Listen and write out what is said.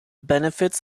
benefits